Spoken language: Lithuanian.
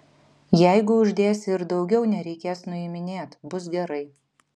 jeigu uždėsi ir daugiau nereikės nuiminėt bus gerai